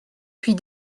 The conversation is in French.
puis